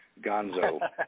Gonzo